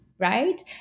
right